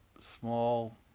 small